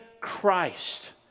Christ